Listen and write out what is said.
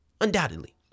Undoubtedly